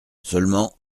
seulement